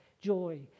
joy